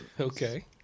Okay